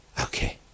Okay